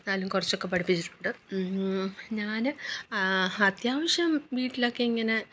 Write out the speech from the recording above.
എന്നാലും കുറച്ചൊക്കെ പഠിപ്പിച്ചിട്ടുണ്ട് ഞാൻ അത്യാവശ്യം വീട്ടിലൊക്കെ ഇങ്ങനെ